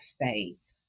faith